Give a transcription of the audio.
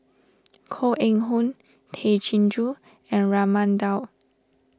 Koh Eng Hoon Tay Chin Joo and Raman Daud